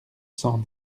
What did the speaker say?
cent